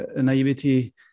naivety